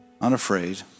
unafraid